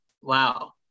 wow